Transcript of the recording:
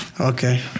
Okay